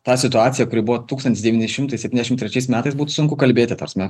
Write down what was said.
tą situaciją kuri buvo tūkstantis devyni šimtai septyniasdešimt trečiais metais būti sunku kalbėti ta prasme